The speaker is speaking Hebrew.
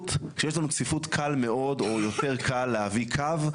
צפיפות קל מאוד או יותר קל להביא קו,